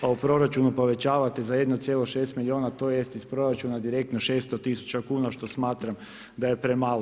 Pa u proračunu povećavate za 1,6 milijuna tj. iz proračuna direktno 600 tisuća kuna što smatram da je premalo.